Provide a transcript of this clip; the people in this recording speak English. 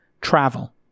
travel